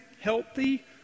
healthy